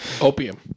Opium